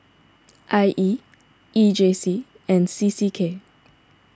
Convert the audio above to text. I E E J C and C C K